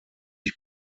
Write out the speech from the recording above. ich